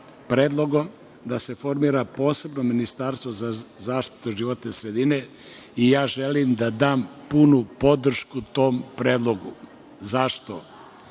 da se formira posebno ministarstvo za zaštitu životne sredine i ja želim da dam punu podršku tom predlogu. Zašto?